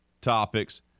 topics